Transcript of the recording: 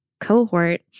cohort